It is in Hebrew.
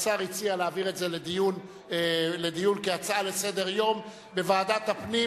השר הציע להעביר את זה לדיון כהצעה לסדר-היום בוועדת הפנים,